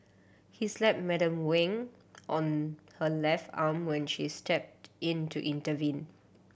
he slapped Madam Wang on her left arm when she stepped in to intervene